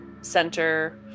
center